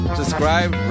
subscribe